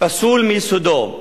פסול מיסודו,